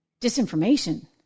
disinformation